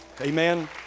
Amen